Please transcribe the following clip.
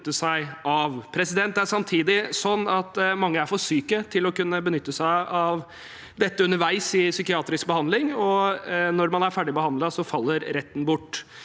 Det er samtidig slik at mange er for syke til å kunne benytte seg av dette underveis i psykiatrisk behandling, og når man er ferdig behandlet, faller retten bort.